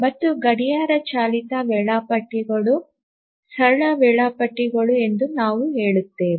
ಮತ್ತು ಗಡಿಯಾರ ಚಾಲಿತ ವೇಳಾಪಟ್ಟಿಗಳು ಸರಳ ವೇಳಾಪಟ್ಟಿ ಎಂದು ನಾವು ಹೇಳಿದ್ದೇವೆ